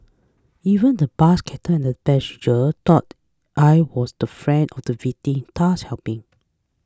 even the bus captain and a passenger thought I was the friend of the victim thus helping